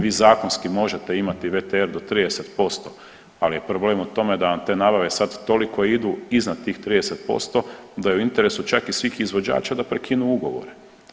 Vi zakonski možete imati VTR do 30%, ali je problem u tome da vam te nabave sad toliko idu iznad tih 30% da je u interesu čak i svih izvođača da prekinu ugovore.